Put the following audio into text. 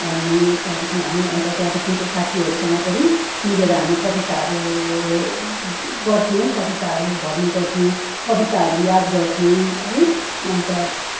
अनि त्यहाँदेखि हामी अन्त त्यहाँदेखि चाहिँ साथीहरूसँग पनि मिलेर हामी कविताहरू गर्थ्यौँ कविताहरू भन्ने गर्थ्यौँ कविताहरू याद गर्थ्यौँ है अन्त